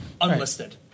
unlisted